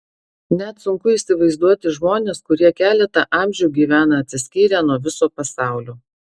net sunku įsivaizduoti žmones kurie keletą amžių gyvena atsiskyrę nuo viso pasaulio